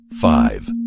five